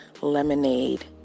lemonade